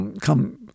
come